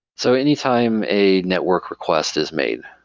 so anytime a network request is made,